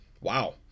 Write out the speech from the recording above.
Wow